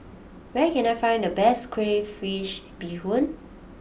where can I find the best Crayfish Beehoon